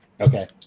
Okay